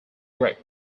grip